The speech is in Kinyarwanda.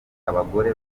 abagore